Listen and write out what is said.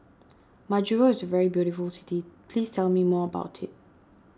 Majuro is a very beautiful city please tell me more about it